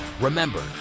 Remember